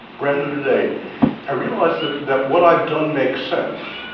brand new today i realised that what i'd done makes sense.